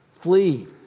flee